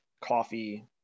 coffee